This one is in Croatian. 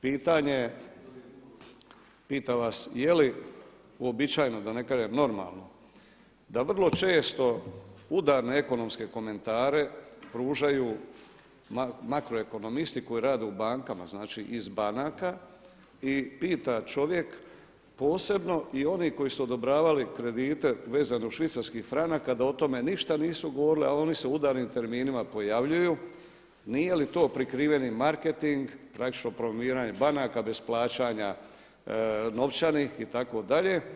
Pitanje je, pitam vas je li uobičajeno, da ne kažem normalno da vrlo često udar na ekonomske komentare pružaju makroekonomisti koji rade u bankama, znači iz banaka i pita čovjek posebno i oni koji su odobravali kredite vezano uz švicarski franak da o tome ništa nisu govorili, a oni se u udarnim terminima pojavljuju, nije li to prikriveni marketing, praktično promoviranje banaka bez plaćanja novčanih itd.